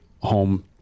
home